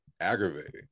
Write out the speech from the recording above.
aggravating